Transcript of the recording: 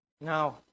Now